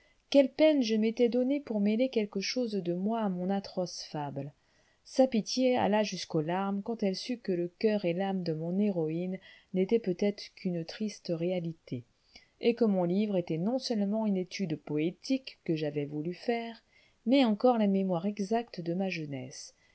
quelle peine je m'étais donnée pour mêler quelque chose de moi à mon atroce fable sa pitié alla jusqu'aux larmes quand elle sut que le coeur et l'âme de mon héroïne n'étaient peut-être qu'une triste réalité et que mon livre était non-seulement une étude poétique que j'avais voulu faire mais encore les mémoires exacts de ma jeunesse